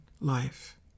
life